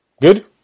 Good